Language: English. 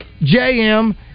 jm